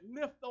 lift